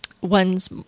one's